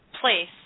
place